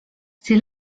c’est